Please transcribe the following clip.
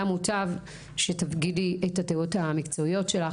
היה מוטב שתפגיני את הדעות המקצועיות שלך.